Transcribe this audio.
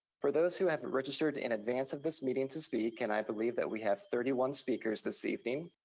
for those who have registered in advance of this meeting to speak, and i believe that we have thirty one speakers this evening,